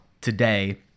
today